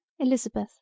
Elizabeth